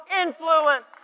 influence